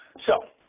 so